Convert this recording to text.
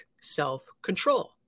self-control